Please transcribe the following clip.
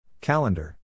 Calendar